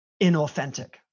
inauthentic